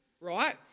right